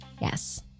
Yes